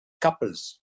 couples